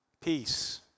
peace